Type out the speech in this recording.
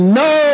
no